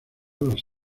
las